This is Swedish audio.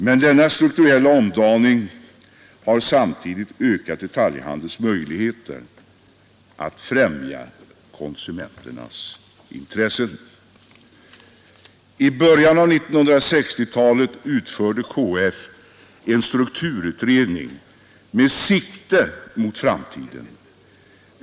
Men denna strukturella omdaning har också ökat detaljhandelns möjligheter att främja konsu menternas intressen. I början av 1960-talet utförde KF en strukturutredning med sikte mot framtiden.